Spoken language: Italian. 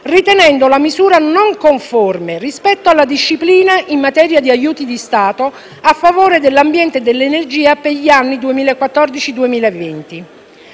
ritenendo la misura non conforme rispetto alla disciplina in materia di aiuti di Stato a favore dell'ambiente e dell'energia per gli anni 2014-2020.